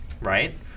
Right